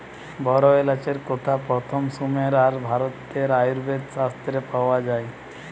বড় এলাচের কথা প্রথম সুমের আর ভারতের আয়ুর্বেদ শাস্ত্রে পাওয়া যায়